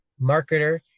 marketer